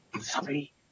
Sorry